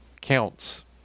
counts